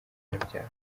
abanyabyaha